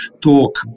talk